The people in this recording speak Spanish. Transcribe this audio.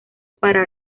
para